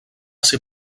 ser